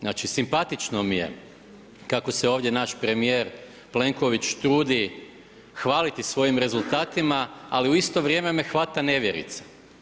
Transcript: Znači simpatično mi je kako se ovdje naš premijer Plenković trudi hvaliti svojim rezultatima ali u isto vrijeme me hvata nevjerica.